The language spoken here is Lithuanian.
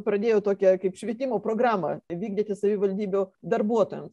pradėjo tokią kaip švietimo programą vykdyti savivaldybių darbuotojams